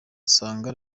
asanga